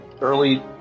early